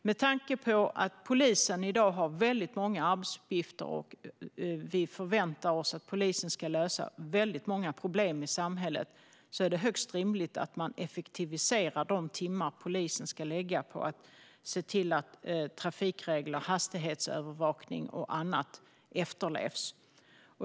Med tanke på att polisen i dag har väldigt många arbetsuppgifter och vi förväntar oss att polisen ska lösa många problem i samhället är det högst rimligt att man effektiviserar de timmar polisen ska lägga på att se till att trafikregler och hastighetsgränser och annat efterlevs.